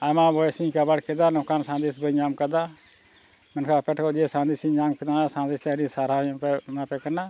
ᱟᱭᱢᱟ ᱵᱚᱭᱮᱥ ᱤᱧ ᱠᱟᱵᱷᱟ ᱠᱮᱫᱟ ᱱᱚᱝᱠᱟᱱ ᱥᱟᱸᱫᱮᱥ ᱵᱟᱹᱧ ᱧᱟᱢ ᱠᱟᱫᱟ ᱢᱮᱱᱠᱷᱟᱱ ᱟᱯᱮ ᱴᱷᱮᱱ ᱠᱷᱚᱱ ᱡᱮ ᱥᱟᱸᱫᱮᱥ ᱤᱧ ᱧᱟᱢ ᱠᱮᱫᱟ ᱚᱱᱟ ᱥᱟᱸᱫᱮᱥ ᱛᱮ ᱟᱹᱰᱤ ᱥᱟᱨᱦᱟᱣ ᱤᱧ ᱮᱢᱟᱯᱮ ᱠᱟᱱᱟ